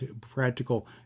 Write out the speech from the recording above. practical